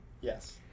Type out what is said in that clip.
Yes